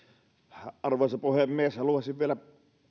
arvoisa puhemies haluaisin vielä